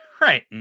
Right